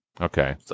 Okay